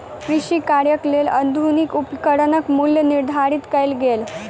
कृषि कार्यक लेल आधुनिक उपकरणक मूल्य निर्धारित कयल गेल